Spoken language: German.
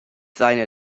seine